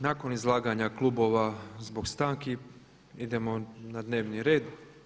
Nakon izlaganja klubova zbog stanki idemo na dnevni red.